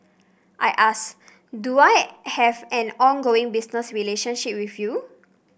I asked do I have an ongoing business relationship with you